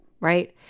right